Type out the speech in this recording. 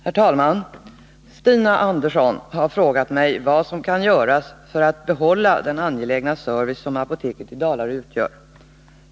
Herr talman! Stina Andersson har frågat mig vad som kan göras för att behålla den angelägna service som apoteket i Dalarö utgör.